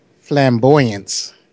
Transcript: Flamboyance